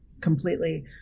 completely